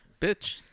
Bitch